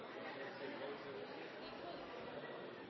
jeg